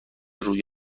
روی